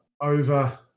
over